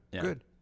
Good